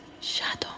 shadow